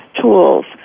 tools